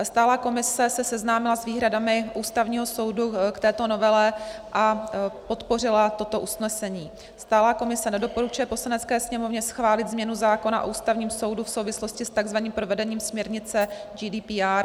Stálá komise se seznámila s výhradami Ústavního soudu k této novele a podpořila toto usnesení: Stálá komise nedoporučuje Poslanecké sněmovně schválit změnu zákona o Ústavním soudu v souvislosti s takzvaným provedením směrnice GDPR.